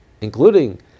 including